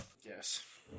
Yes